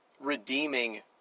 redeeming